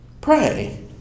Pray